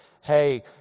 hey